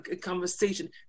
conversation